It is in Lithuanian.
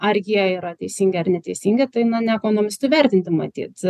ar jie yra teisingi ir neteisingi tai na ne ekonomistui vertinti matyt